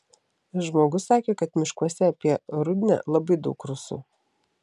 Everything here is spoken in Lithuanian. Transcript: žmogus sakė kad miškuose apie rudnią labai daug rusų